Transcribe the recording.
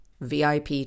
VIP